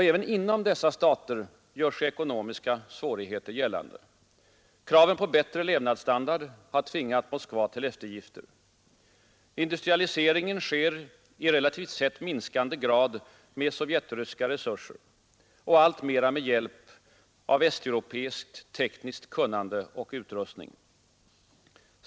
Även inom dessa stater gör sig ekonomiska svårigheter gällande. Kraven på bättre levnadsstandard har tvingat Moskva till eftergifter. Industraliseringen sker i relativt sett minskande grad med sovjetryska resurser och alltmera med hjälp av västeuropeiskt tekniskt kunnande och västeuropeisk utrustning.